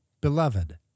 Beloved